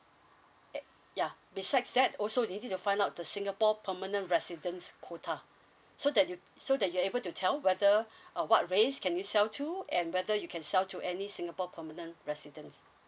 at ya besides that also you need to find out the singapore permanent residents quota so that you so that you're able to tell whether uh what race can we sell to and whether you can sell to any singapore permanent residents